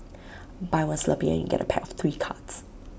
buy one Slurpee and you get A pack of three cards